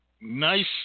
nice